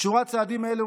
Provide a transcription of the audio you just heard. צעדים אלה